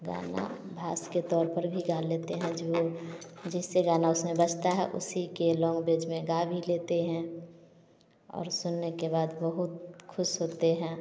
गाना भाषा के तौर पर भी गा लेते हैं जो जिससे गाना उसमें बजता है उसी के लॉन्गवेज में गा भी लेते हैं और सुनने के बाद बहुत खुश होते हैं